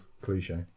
cliche